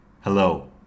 hello